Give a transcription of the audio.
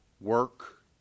work